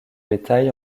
bétail